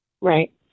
Right